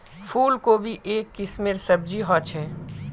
फूल कोबी एक किस्मेर सब्जी ह छे